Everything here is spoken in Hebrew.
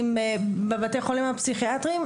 בבתי החולים הפסיכיאטריים,